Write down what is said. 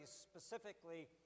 specifically